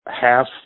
half